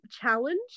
challenge